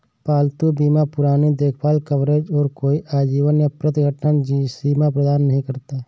पालतू बीमा पुरानी देखभाल कवरेज और कोई आजीवन या प्रति घटना सीमा प्रदान नहीं करता